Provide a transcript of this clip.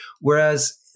Whereas